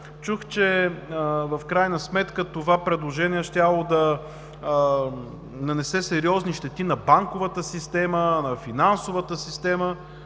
Чух, че в крайна сметка това предложение щяло да нанесе сериозни щети на банковата система, на финансовата система,